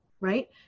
right